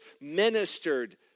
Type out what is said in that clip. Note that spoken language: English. ministered